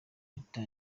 leta